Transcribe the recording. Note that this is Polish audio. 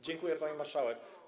Dziękuję, pani marszałek.